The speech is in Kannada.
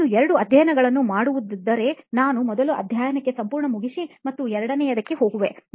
ನಾನು ಎರಡು ಅಧ್ಯಾಯಗಳನ್ನು ಮಾಡುವುದ್ದಿದರೆ ನಾನು ಮೊದಲ ಅಧ್ಯಾಯಕ್ಕೆ ಸಂಪೂರ್ಣ ಮುಗಿಸಿ ಮತ್ತು ಎರಡನೆಯದಕ್ಕೆ ಹೋಗುತ್ತೇನೆ